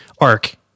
arc